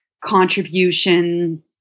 contribution